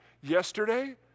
yesterday